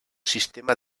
sistema